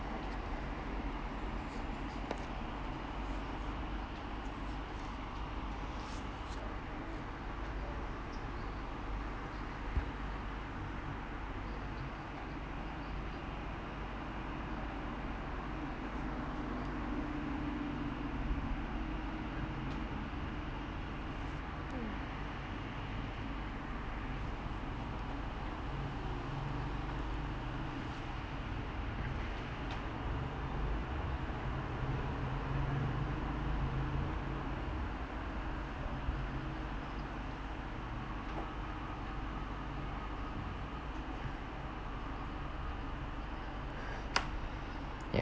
yeah